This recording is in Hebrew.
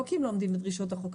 לא כי הם לא עומדים בדרישות החוק,